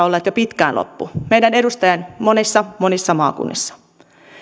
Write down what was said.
olleet jo pitkään loppu meidän edustajien monissa monissa maakunnissa